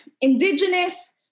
indigenous